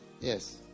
Yes